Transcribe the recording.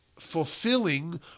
fulfilling